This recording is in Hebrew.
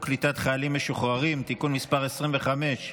קליטת חיילים משוחררים (תיקון מס' 25),